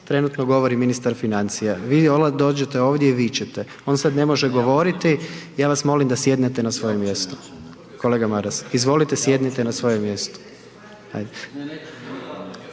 vi .../Govornik se ne razumije./... dođete ovdje i vičete, on sad ne može govoriti, ja vas molim da sjednete na svoje mjesto. Kolega Maras, izvolite sjednite na svoje mjesto.